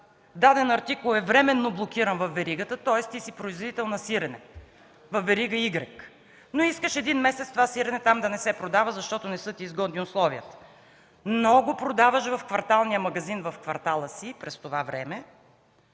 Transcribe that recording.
даден артикул е временно блокиран във веригата, тоест ти си производител на сирене във верига „Y”, но искаш един месец това сирене там да не се продава, защото не са ти изгодни условията, но го продаваш в кварталния магазин в квартала „Х” през това време